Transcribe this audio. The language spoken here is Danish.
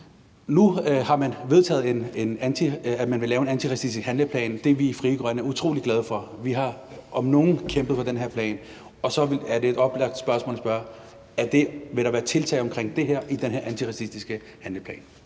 Nu har man vedtaget, at man vil lave en antiracistisk handleplan, hvilket vi i Frie Grønne er utrolig glade for – vi har om nogen kæmpet for den her plan – og så er et oplagt spørgsmål at stille: Vil der være tiltag omkring det her i den antiracistiske handleplan?